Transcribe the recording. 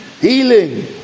healing